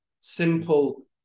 simple